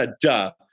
Duh